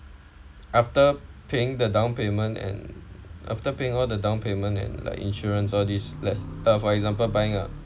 after paying the down payment and after paying all the down payment and like insurance or this let's uh for example buying uh